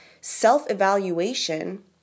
self-evaluation